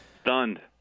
Stunned